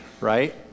right